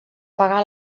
pagar